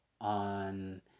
on